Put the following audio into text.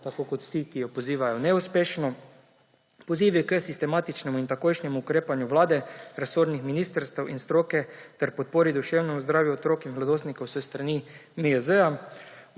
tako kot vsi, ki jo pozivajo – neuspešno. Pozivi k sistematičnemu in takojšnjemu ukrepanju Vlade, resornih ministrstev in stroke ter podpori duševnemu zdravju otrok in mladostnikov s strani NIJZ.